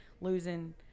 losing